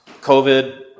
COVID